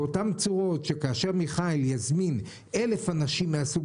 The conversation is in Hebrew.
באותה צורה שכאשר מיכאל יזמין 1,000 אנשים מהסוג